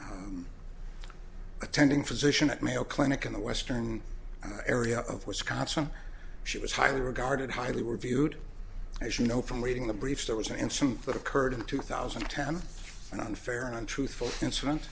young attending physician at mayo clinic in the western area of wisconsin she was highly regarded highly were viewed as you know from reading the briefs that was an incident that occurred in two thousand and ten and unfair an untruthful incident